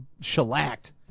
shellacked